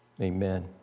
Amen